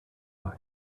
line